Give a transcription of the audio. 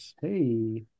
Hey